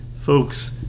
folks